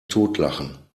totlachen